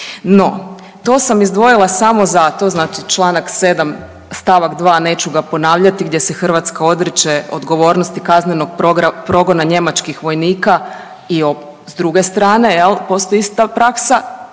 No, to sam izdvojila samo zato znači članak 7. stavak 2. neću ga ponavljati gdje se Hrvatska odriče odgovornosti kaznenog progona njemačkih vojnika i s druge strane postoji ista praksa.